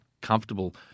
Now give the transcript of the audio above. comfortable